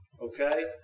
Okay